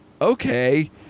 okay